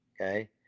Okay